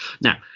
now